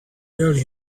early